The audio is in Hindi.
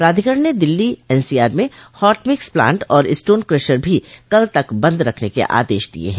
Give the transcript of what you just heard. प्राधिकरण ने दिल्ली एनसीआर में हॉट मिक्स प्लांट और स्टोन क्रशर भी कल तक बंद रखने के आदेश दिए हैं